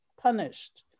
punished